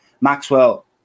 Maxwell